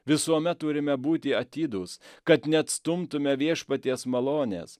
visuomet turime būti atidūs kad neatstumtume viešpaties malonės